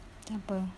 siapa